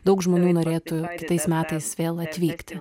daug žmonių norėtų kitais metais vėl atvykti